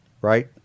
right